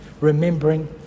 remembering